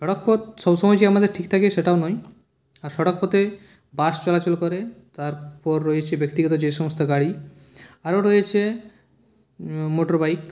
সড়কপথ সবসময় যে আমাদের ঠিক থাকে সেটাও নয় আর সড়কপথে বাস চলাচল করে তারপর রয়েছে ব্যক্তিগত যে সমস্ত গাড়ি আরও রয়েছে মোটর বাইক